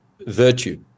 virtue